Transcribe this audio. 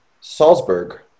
Salzburg